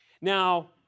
Now